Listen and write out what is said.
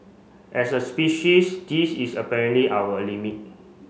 as a species this is apparently our limit